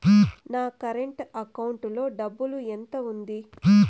నా current account లో డబ్బులు ఎంత ఉంది?